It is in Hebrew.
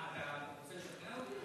מה, אתה רוצה לשכנע אותי?